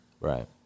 Right